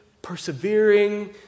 persevering